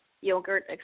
yogurt